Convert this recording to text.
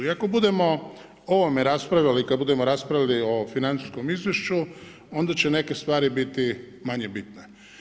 I ako budemo o ovome raspravljali kad budemo raspravljali o financijskom izvješću, onda će neke stvari biti manje bitne.